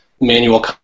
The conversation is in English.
manual